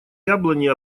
яблони